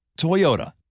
Toyota